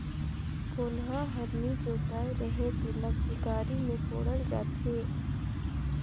कोनहा हर नी जोताए रहें तेला कुदारी मे कोड़ल जाथे